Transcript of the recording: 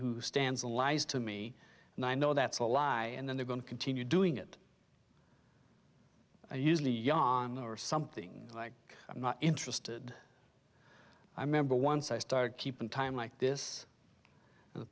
who stands a lies to me and i know that's a lie and then they're going to continue doing it and usually yawn or something like i'm not interested i remember once i started keeping time like this